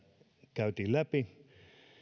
käytiin läpi